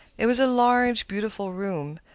it was a large, beautiful room,